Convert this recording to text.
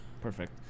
Perfect